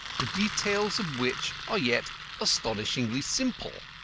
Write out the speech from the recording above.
the details of which are yet astonishingly simple.